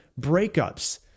breakups